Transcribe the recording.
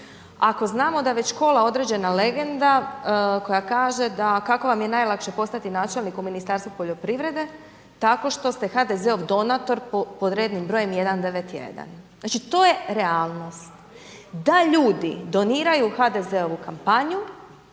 ako znamo da već kola određena legenda koja kaže da kako vam je lakše postati načelnik u Ministarstvu poljoprivrede, tako što ste HDZ-ov donator pod rednim brojem 191. Znači to je realnost da ljudi doniraju HDZ-ovu kampanju